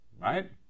right